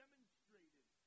Demonstrated